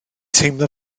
teimlo